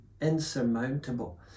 insurmountable